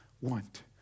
want